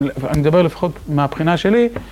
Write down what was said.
אני מדבר לפחות מהבחינה שלי.